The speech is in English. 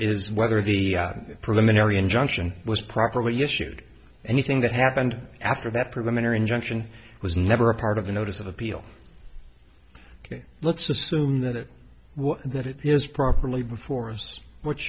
is whether the preliminary injunction was properly issued anything that happened after that preliminary injunction was never a part of the notice of appeal let's assume that it was and that it is properly before us what's